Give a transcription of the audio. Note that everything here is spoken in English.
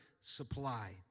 supply